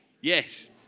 yes